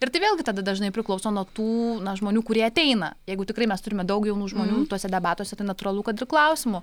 ir tai vėlgi tada dažnai priklauso nuo tų žmonių kurie ateina jeigu tikrai mes turime daug jaunų žmonių tuose debatuose tai natūralu kad ir klausimų